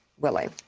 willie?